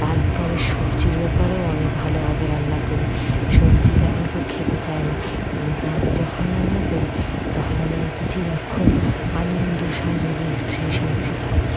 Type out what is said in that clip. তারপরে সবজির ব্যাপারেও অনেক ভালো ভাবে রান্না করি সবজি তো এখন কেউ খেতে চায় না কিন্তু আমি যখন রান্না করি তখন আমার অতিথিরা খুব আনন্দ সহযোগে সেই সবজি খায়